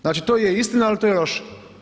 Znači to je istina, ali to je loše.